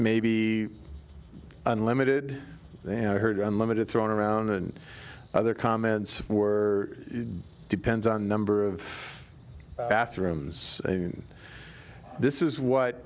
maybe unlimited and i heard unlimited thrown around and other comments were depends on number of bathrooms and this is what